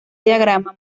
diagrama